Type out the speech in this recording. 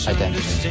Identity